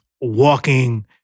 walking